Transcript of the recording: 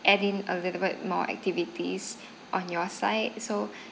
add in a little bit more activities on your side so